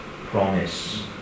promise